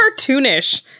cartoonish